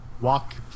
walk